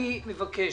אני מבקש,